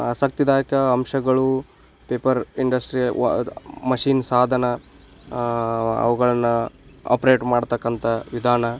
ಆಸಕ್ತಿದಾಯಕ ಅಂಶಗಳು ಪೇಪರ್ ಇಂಡಸ್ಟ್ರಿಯದಾದ ಮಷಿನ್ ಸಾಧನ ಅವುಗಳ್ನ ಆಪ್ರೇಟ್ ಮಾಡತಕ್ಕಂಥ ವಿಧಾನ